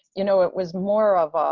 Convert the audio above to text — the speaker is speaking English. you know, it was more of a,